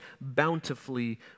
bountifully